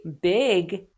big